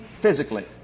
physically